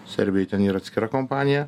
serbijoj ten yra atskira kompanija